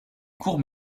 courts